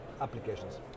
applications